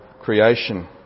creation